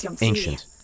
ancient